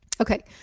Okay